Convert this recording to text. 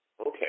Okay